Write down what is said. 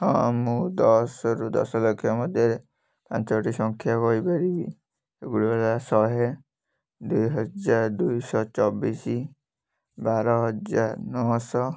ହଁ ମୁଁ ଦଶରୁ ଦଶ ଲକ୍ଷ ମଧ୍ୟରେ ପାଞ୍ଚଟି ସଂଖ୍ୟା କହିପାରିବି ଏଗୁଡ଼ିକ ହେଲା ଶହେ ଦୁଇ ହଜାର ଦୁଇଶହ ଚବିଶ ବାର ହଜାର ନଅଶହ